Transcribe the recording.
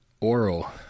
oral